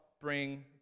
bring